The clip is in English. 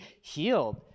healed